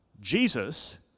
Jesus